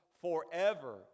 forever